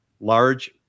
large